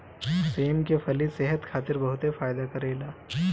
सेम के फली सेहत खातिर बहुते फायदा करेला